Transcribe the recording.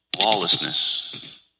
lawlessness